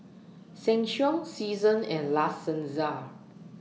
Sheng Siong Seasons and La Senza